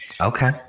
Okay